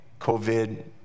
COVID